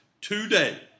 today